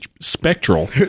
spectral